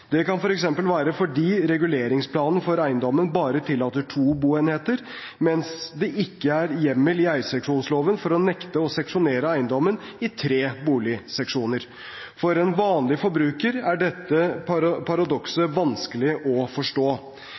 Det kan f.eks. være fordi reguleringsplanen for eiendommen bare tillater to boenheter, mens det ikke er hjemmel i eierseksjonsloven for å nekte å seksjonere eiendommen i tre boligseksjoner. For en vanlig forbruker er dette paradokset vanskelig å forstå.